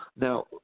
now